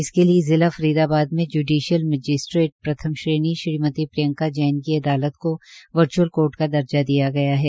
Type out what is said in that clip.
इसके लिए जिला फरीदाबाद में ज्य्डिशल मजिस्ट्रेट प्रथम श्रेणी श्रीमती प्रियंका जैन की अदालत को वर्च्अल कोर्ट का दर्जा दिया गया है